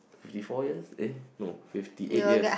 fifty four years aye no fifty eight years